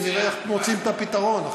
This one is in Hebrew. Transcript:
ואז, ונראה איך מוצאים את הפתרון.